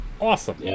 Awesome